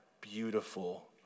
beautiful